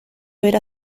era